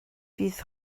fydd